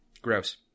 Gross